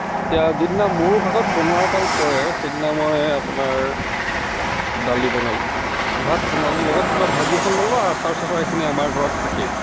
এতিয়া যিদিনা মোৰ ভাগত বনোৱাৰ পাল পৰে সেইদিনা মই আপোনাৰ দালি বনালোঁ ভাত বনালোঁ আৰু লগত কিবা ভাজি এখন বনালোঁ আৰু আচাৰ চাচাৰ এইখিনি আমাৰ ঘৰত থাকেই